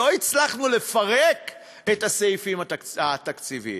לא הצלחנו לפרק את הסעיפים התקציביים,